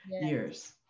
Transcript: years